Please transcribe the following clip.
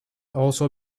also